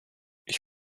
ich